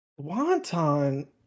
Wonton